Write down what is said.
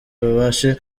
babashe